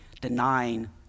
denying